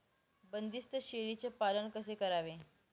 बंदिस्त शेळीचे पालन कसे करावे?